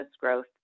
growth